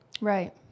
right